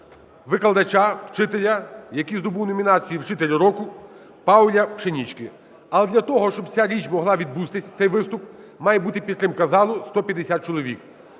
викладача, вчителя, який здобув номінацію "Вчитель року", ПауляПшенічки. А для того, щоб ця річ могла відбутися, цей виступ, має бути підтримка залу 150 чоловік.